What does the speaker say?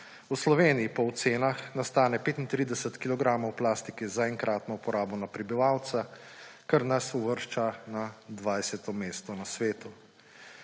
V Sloveniji po ocenah nastane 35 kilogramov plastike za enkratno uporabo na prebivalca, kar nas uvršča na 20. mesto na svetu.